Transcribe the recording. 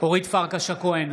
אורית פרקש הכהן,